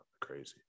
Crazy